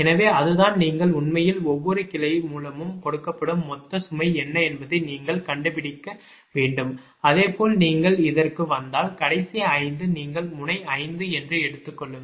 எனவே அதுதான் நீங்கள் உண்மையில் ஒவ்வொரு கிளை மூலமும் கொடுக்கப்படும் மொத்த சுமை என்ன என்பதை நீங்கள் கண்டுபிடிக்க வேண்டும் அதேபோல் நீங்கள் இதற்கு வந்தால் கடைசி 5 நீங்கள் முனை 5 என்று எடுத்துக்கொள்ளுங்கள்